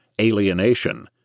alienation